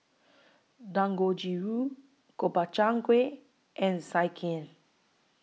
Dangojiru Gobchang Gui and Sekihan